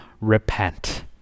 repent